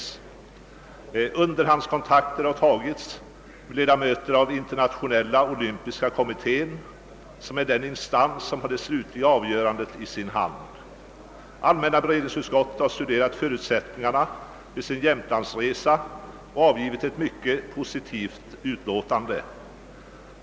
Underhandskontakter har tagits med ledamöter av Internationella olympiska kommittén, som är den instans vilken har det slutliga avgörandet i sin hand. Allmänna beredningsutskottet har studerat förutsättningarna vid sin jämtlandsresa och avgivit ett mycket positivt utlåtande.